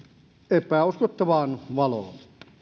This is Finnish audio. epäuskottavaan valoon